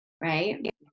Right